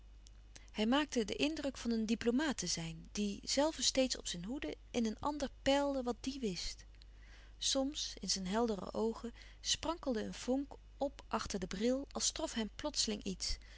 hij maakte den indruk van een diplomaat te zijn die zelve steeds op zijn hoede in een ander peilde wat diè wist soms in zijn heldere oogen sprankelde een vonk op achter de bril als trof hem plotseling iets